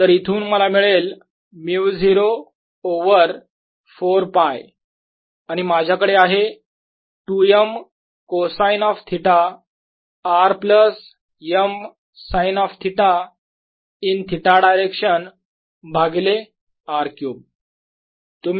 तर इथून मला मिळेल μ0 ओवर 4π आणि माझ्याकडे आहे 2m cosine of theta r plus m sine of theta in theta direction भागिले R क्यूब